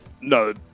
no